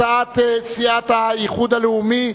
הצעת סיעת האיחוד הלאומי,